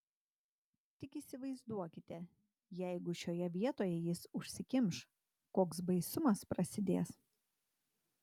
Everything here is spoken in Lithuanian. tik įsivaizduokite jeigu šitoje vietoje jis užsikimš koks baisumas prasidės